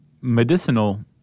medicinal